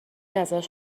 ازش